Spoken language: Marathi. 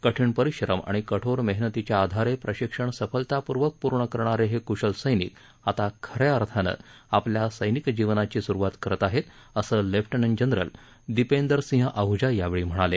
कठीण परिश्रम आणि कठोर मेहनतीच्या आधारे प्रशिक्षण सफलता पूर्वक पूर्ण करणारे हे कुशल सैनिक आता ख या अर्थानं आपल्या सैनिक जीवनाची सुरूवात करत आहेत असं लेफ्टनंट जनरल दिपेंदर सिंह आहजा यावेळी म्हणाले